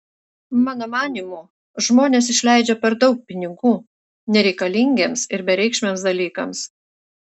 mano manymu žmonės išleidžia per daug pinigų nereikalingiems ir bereikšmiams dalykams